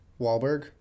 Wahlberg